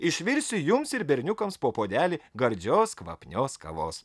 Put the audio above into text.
išvirsiu jums ir berniukams po puodelį gardžios kvapnios kavos